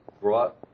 brought